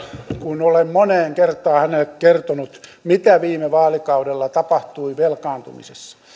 kun olen moneen kertaan hänelle kertonut mitä viime vaalikaudella tapahtui velkaantumisessa